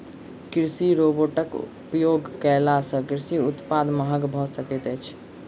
कृषि रोबोटक प्रयोग कयला सॅ कृषि उत्पाद महग भ सकैत अछि